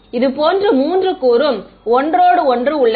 இது போன்று மூன்று கூறும் ஒன்றோடு ஒன்று உள்ளது